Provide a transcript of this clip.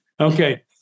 Okay